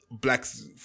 Black's